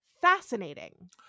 fascinating